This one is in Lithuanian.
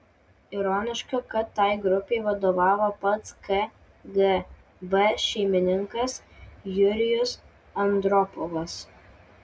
ironiška kad tai grupei vadovavo pats kgb šeimininkas jurijus andropovas